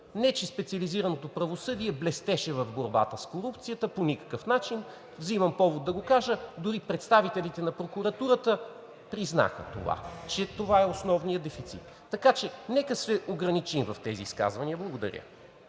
не че специализираното правосъдие блестеше в борбата с корупцията по някакъв начин – взимам повод да го кажа. Дори представителите на прокуратурата признаха, че това е основният дефицит. Така че нека се ограничим в тези изказвания. Благодаря.